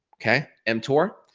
kay? mtor,